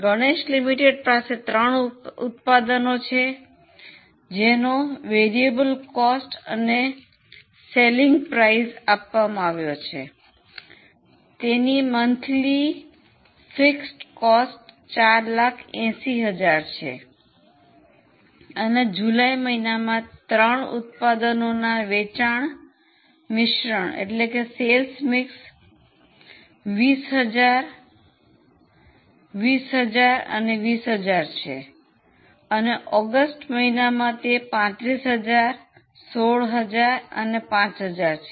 Ganesh limited પાસે ત્રણ ઉત્પાદનો છે તેનો ચલિત ખર્ચ અને વેચાણ કિંમત આપવામાં આવ્યું છે તેની માસિક સ્થિર ખર્ચ 480000 છે અને જુલાઈ મહિનામાં ત્રણ ઉત્પાદનોના વેચાણ મિશ્રણ 20000 20000 20000 છે અને ઓગસ્ટ મહિનામાં તે 35000 16000 અને 5000 છે